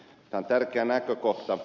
tämä on tärkeä näkökohta